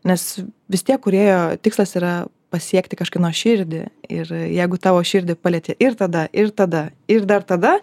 nes vis tiek kūrėjo tikslas yra pasiekti kažkieno širdį ir jeigu tavo širdį palietė ir tada ir tada ir dar tada